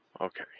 okay